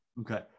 Okay